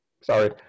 Sorry